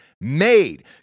made